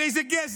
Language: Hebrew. הרי זה גזל.